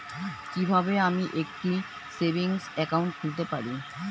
কি কিভাবে আমি একটি সেভিংস একাউন্ট খুলতে পারি?